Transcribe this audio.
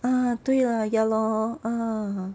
ah 对 lah ya lor